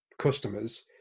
customers